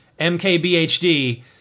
MKBHD